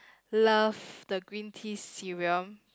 love the green tea serum